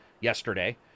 yesterday